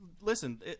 listen